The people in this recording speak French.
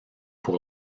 pour